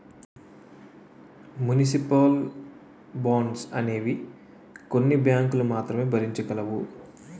municipal bonds అనేవి కొన్ని బ్యాంకులు మాత్రమే భరించగలవు